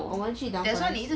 我们去 downtown